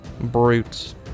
brutes